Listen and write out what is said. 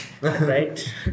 Right